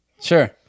Sure